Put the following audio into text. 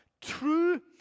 True